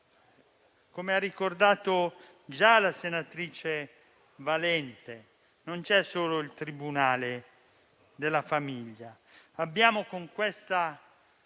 Come ha ricordato la senatrice Valente, non c'è solo il tribunale della famiglia, perché con questa